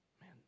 man